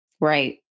Right